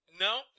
No